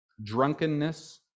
drunkenness